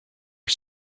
are